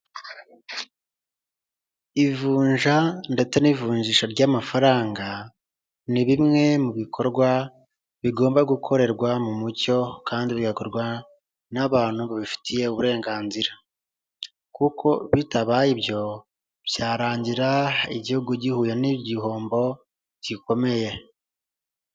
Ivuunja ndetse n'ivunjisha ry'amafaranga ni bimwe mu bikorwa bigomba gukorerwa mu mucyo kandi bigakorwa n'abantu babifitiye uburenganzira, kuko bitabaye ibyo byarangira igihugu gihuye n'igihombo gikomeye.